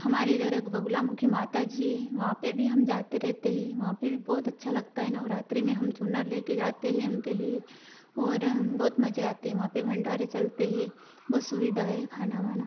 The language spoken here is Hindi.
हमारे इधर एक बगुला मुखी माता जी हैं वहाँ पर भी हम जाते रहते हैं वहाँ पर भी बहुत अच्छा लगता है नवरात्रि में हम चुनर लेकर जाते हैं उनके लिए और बहुत मजे आते हैं वहाँ पर भण्डारे चलते हैं बहुत सुविधा है खाना वाना